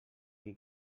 qui